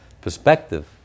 perspective